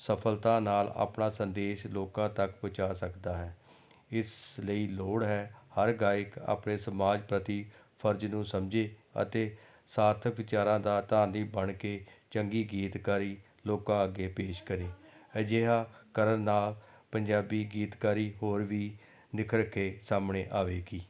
ਸਫ਼ਲਤਾ ਨਾਲ ਆਪਣਾ ਸੰਦੇਸ਼ ਲੋਕਾਂ ਤੱਕ ਪਹੁੰਚਾ ਸਕਦਾ ਹੈ ਇਸ ਲਈ ਲੋੜ ਹੈ ਹਰ ਗਾਇਕ ਆਪਣੇ ਸਮਾਜ ਪ੍ਰਤੀ ਫਰਜ ਨੂੰ ਸਮਝੇ ਅਤੇ ਸਾਰਥਕ ਵਿਚਾਰਾਂ ਦਾ ਧਾਰਨੀ ਬਣ ਕੇ ਚੰਗੀ ਗੀਤਕਾਰੀ ਲੋਕਾਂ ਅੱਗੇ ਪੇਸ਼ ਕਰੇ ਅਜਿਹਾ ਕਰਨ ਨਾਲ ਪੰਜਾਬੀ ਗੀਤਕਾਰੀ ਹੋਰ ਵੀ ਨਿਖਰ ਕੇ ਸਾਹਮਣੇ ਆਵੇਗੀ